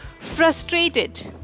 frustrated